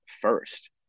first